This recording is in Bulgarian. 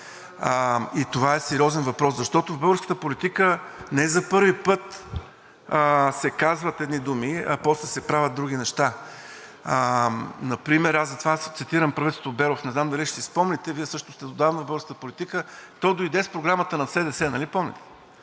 Това е сериозен въпрос, защото в българската политика не за първи път се казват едни думи, а после се правят други неща. Например затова цитирам правителството на Беров. Не знам дали ще си спомните, Вие също сте отдавна в българската политика, то дойде с програмата на СДС, нали помните?